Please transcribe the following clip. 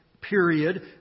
period